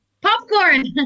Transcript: Popcorn